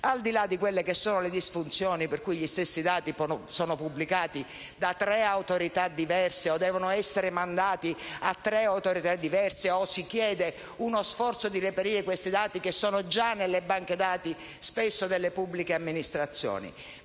al di là delle disfunzioni, per cui gli stessi dati sono pubblicati da tre autorità diverse o devono essere mandati a tre autorità diverse o si chiede uno sforzo di reperire dati che, spesso, sono già nelle banche dati delle pubbliche amministrazioni.